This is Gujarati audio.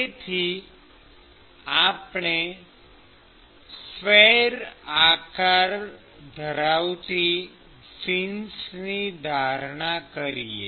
તેથી આપણે સ્વૈર આકાર ધરાવતી ફિન્સની ધારણા કરીએ